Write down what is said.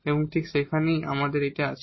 এবং ঠিক সেখানেই আমাদের এটা আছে